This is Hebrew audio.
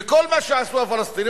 וכל מה שעשו הפלסטינים,